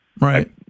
Right